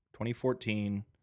2014